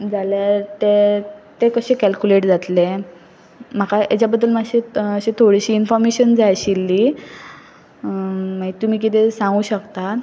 जाल्यार तें तें कशे कॅलकुलेट जातलें म्हाका हेज्या बद्दल मातशें अशें थोडीशीं इनफोर्मेशन जाय आशिल्ली मागी तुमी किदें सांगू शकतात